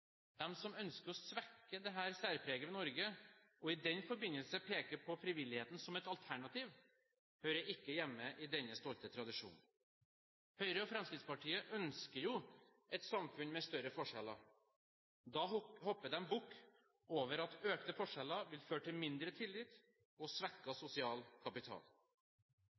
som ønsker å svekke dette særpreget ved Norge, og i den forbindelse peker på frivilligheten som et alternativ, hører ikke hjemme i denne stolte tradisjonen. Høyre og Fremskrittspartiet ønsker et samfunn med større forskjeller. Da hopper de bukk over at økte forskjeller vil føre til mindre tillit og svekket sosial kapital.